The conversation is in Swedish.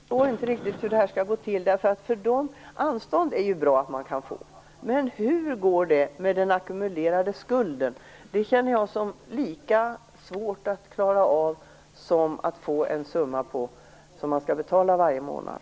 Herr talman! Jag förstår inte riktigt hur det skall gå till. Det är bra att man kan få anstånd, men hur går det med den ackumulerade skulden? Jag tror att den är lika svår att klara av som den summa man skall betala varje månad.